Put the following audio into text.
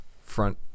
front